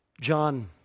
John